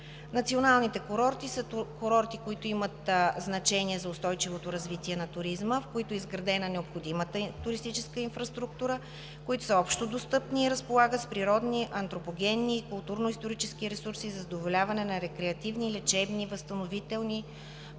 Националните курорти са курорти, които имат значение за устойчивото развитие на туризма, в които е изградена необходимата туристическа инфраструктура, които са общодостъпни и разполагат с природни, антропогенни и културно-исторически ресурси за задоволяване на рекреативни, лечебни, възстановителни, познавателни,